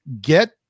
get